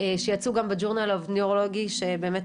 שיצאו גם ב- Journal Of Neurology שבאמת